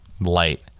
light